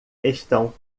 estão